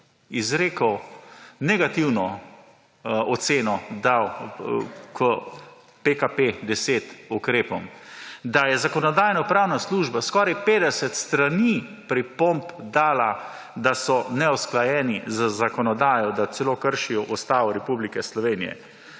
izrekel negativno oceno k PKP10 ukrepom, da je Zakonodajno-pravna služba skoraj 50 strani pripomb dala, da so neusklajeni z zakonodajo, da celo kršijo Ustavo Republike Slovenije,